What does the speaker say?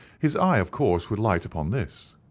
his eye, of course, would light upon this.